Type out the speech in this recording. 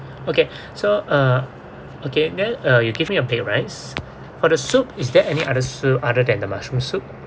okay so uh okay then uh you give me a baked rice for the soup is there any other soup other than the mushroom soup